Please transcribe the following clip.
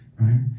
right